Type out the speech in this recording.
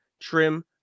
trim